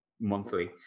monthly